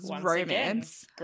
romance